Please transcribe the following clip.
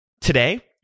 Today